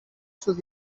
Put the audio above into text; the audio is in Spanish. sus